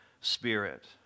Spirit